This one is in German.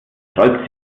sträubt